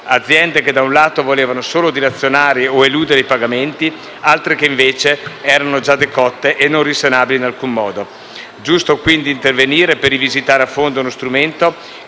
aziende che da un lato volevano solo dilazionare o eludere i pagamenti, altre che invece erano già decotte e non risanabili in alcun modo. È giusto quindi intervenire per rivisitare a fondo uno strumento